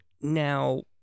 Now